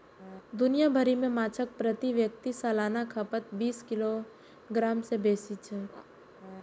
दुनिया भरि मे माछक प्रति व्यक्ति सालाना खपत बीस किलोग्राम सं बेसी छै